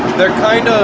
they're kind